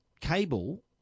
cable